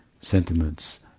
sentiments